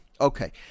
Okay